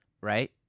right